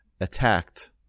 attacked